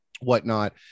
whatnot